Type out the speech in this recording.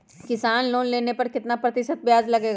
किसान लोन लेने पर कितना प्रतिशत ब्याज लगेगा?